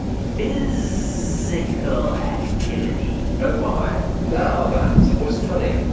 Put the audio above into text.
fizz-ical activity oh, my. now, that was funny.